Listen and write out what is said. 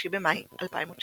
5 במאי 2019